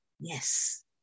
Yes